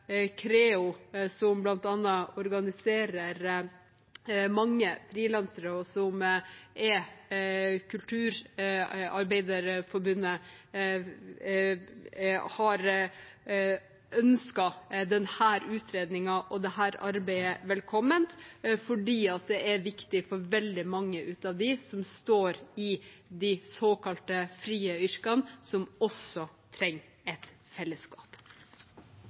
organiserer bl.a. mange frilansere, og som er kulturarbeiderforbundet, har ønsket denne utredningen og dette arbeidet velkommen, fordi det er viktig for veldig mange av dem som står i de såkalte frie yrkene, og som også trenger et fellesskap.